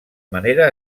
manera